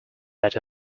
that